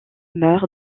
meurt